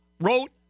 wrote